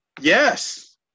Yes